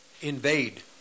invade